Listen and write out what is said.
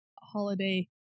holiday